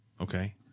okay